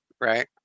right